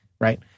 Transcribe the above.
Right